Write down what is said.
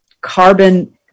carbon